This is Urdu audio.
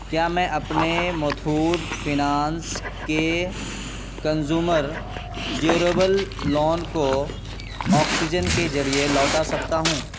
کیا میں اپنے متھوٹ فنانس کے کنزیومر ڈیوریبل لون کو آکسیجن کے ذریعے لوٹا سکتا ہوں